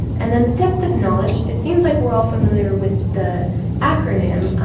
and then the depth of knowledge. it seems like we're all familiar with the acronym.